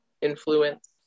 influence